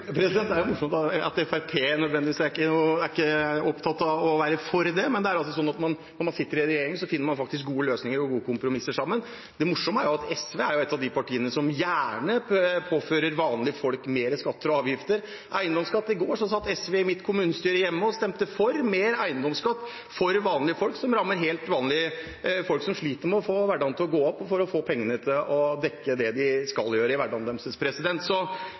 er jo morsomt. Fremskrittspartiet er ikke nødvendigvis opptatt av å være for det, men når man sitter i regjering, finner man faktisk gode løsninger og gode kompromisser sammen. Det morsomme er at SV er et av de partiene som gjerne påfører vanlige folk mer skatter og avgifter, f.eks. eiendomsskatt: I går satt SV i mitt hjemlige kommunestyre og stemte for mer eiendomsskatt for vanlige folk, noe som rammer helt vanlige folk som sliter med å få hverdagen til å gå opp og med å få pengene til å dekke det de skal dekke. Så SVs veldig flotte omtale og omtanke her er i